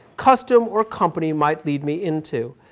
custom, or company might lead me into.